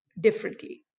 differently